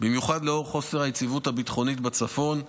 במיוחד לאור חוסר היציבות הביטחונית בצפון.